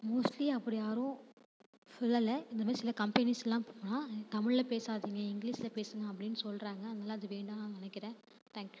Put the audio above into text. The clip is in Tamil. மோஸ்ட்லி அப்படி யாரும் சொல்லல இந்த மாதிரி சில கம்பெனிஸுக்குலாம் போனால் தமிழில் பேசாதீங்க இங்கிலீஷில் பேசுங்க அப்படின்னு சொல்கிறாங்க அதனால் அது வேண்டான்னு நான் நினைக்கிறேன் தேங்க்யூ